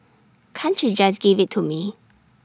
can't you just give IT to me